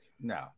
No